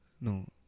No